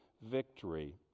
victory